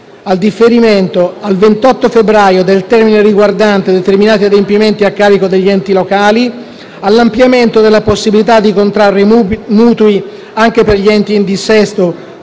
al differimento al 28 febbraio del termine riguardante determinati adempimenti a carico degli enti locali; all'ampliamento della possibilità di contrarre mutui, anche per gli enti in dissesto,